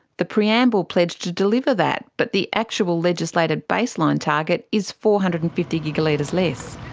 the preamble pledged to deliver that, but the actual legislated baseline target is four hundred and fifty gigalitres less.